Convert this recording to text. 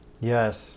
Yes